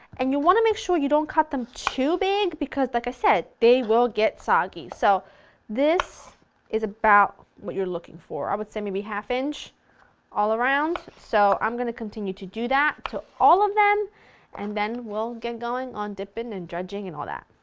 and you want to make sure you don't cut them too big because like i said they will get soggy, so this is about what you are looking for. i would say maybe a half inch all around. so i'm going to continue to do that to all of them and then we'll get going on dipping and dredging and all that!